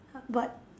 but